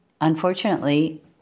unfortunately